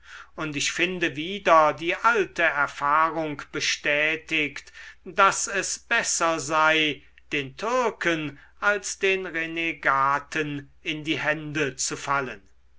und ich finde wieder die alte erfahrung bestätigt daß es besser sei den türken als den renegaten in die hände zu fallen